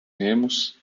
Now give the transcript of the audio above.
remos